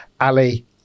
ali